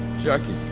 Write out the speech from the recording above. jacki.